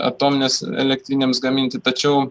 atominės elektrinėms gaminti tačiau